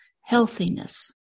healthiness